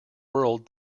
world